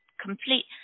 complete